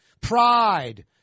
pride